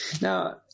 Now